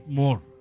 more